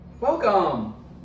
Welcome